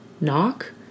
Knock